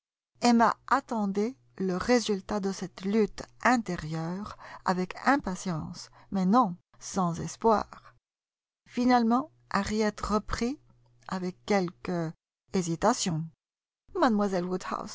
emma attendait le résultat de cette lutte intérieure avec impatience mais non sans espoir finalement harriet reprit avec quelque hésitation